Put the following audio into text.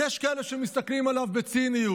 ויש כאלה שמסתכלים עליו בציניות.